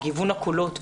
בגיוון הקולות.